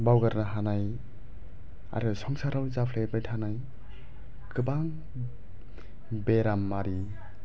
बावगारनो हानाय आरो संसाराव जाफ्लेबाय थानाय गोबां बेरामारि